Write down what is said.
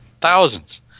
Thousands